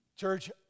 Church